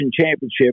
championship